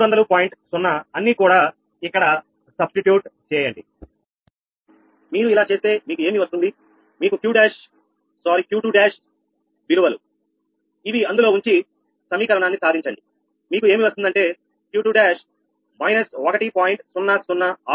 0 అన్ని కూడా ఇక్కడ ప్రత్యామ్నాయం చేయండి మీరు ఇలా చేస్తే మీకు ఏమీ వస్తుంది మీకు Q21 విలువలు ఇవి అందులో ఉంచి సమీకరణాన్ని సాధించండి మీకు ఏమి వస్తుందంటే Q21 −1